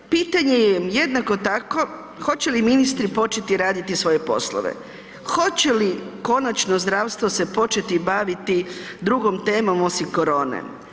Pitanje je jednako tako hoće li ministri početi raditi svoje poslove, hoće li konačno zdravstvo se početi baviti drugom temom osim korone?